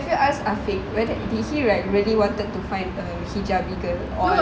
have you ask afiq whether did he like really wanted to find a hijabi girl or